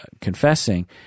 confessing